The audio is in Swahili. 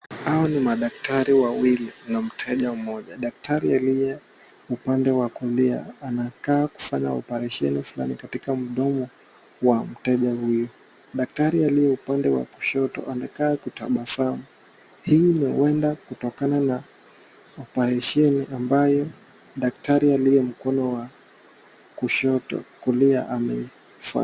Hawa ni madaktari wawili na mteja mmoja. Daktari aliye upande wa kulia anakaa kufanya oparesheni fulani katika mdomo wa mteja huyu. Daktari aliye upande wa kushoto anakaa kutabasamu hii ni uenda kutokana na oparesheni ambayo daktari aliye mkono wa kushoto kulia ameifanya.